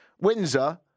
Windsor